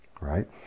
right